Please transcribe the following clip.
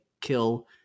kill